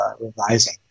revising